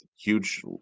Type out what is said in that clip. huge